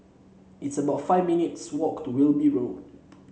it's about five minutes' walk to Wilby Road